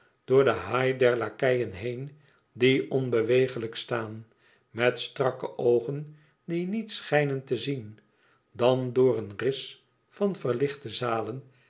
door de haie der lakeien heen die onbewegelijk staan met strakke oogen die niet schijnen te zien dan door een ris van verlichte zalen